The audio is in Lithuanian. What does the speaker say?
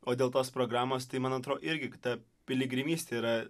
o dėl tos programos tai man atro irgi ta piligrimystė yra